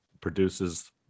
produces